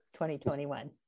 2021